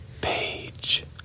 Page